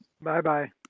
Bye-bye